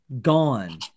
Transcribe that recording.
gone